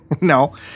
no